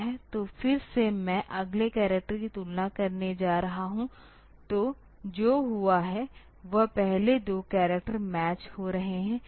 तो फिर से मैं अगले करैक्टर की तुलना करने जा रहा हूं तो जो हुआ है वह पहले 2 करैक्टर मैच हो रहे है